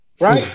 right